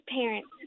parents